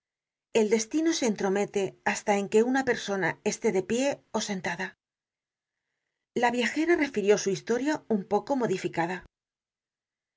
el destino se entromete hasta en que una persona esté de pié sentada la viajera refirió su historia un poco modificada